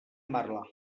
marla